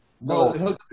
No